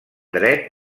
dret